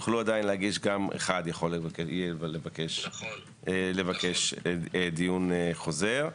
גם אחד יוכל להגיש ולבקש דיון חוזר.